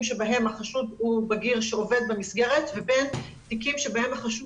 בהם החשוד הוא בגיר שעובד במסגרת לבין תיקי שבהם החשוד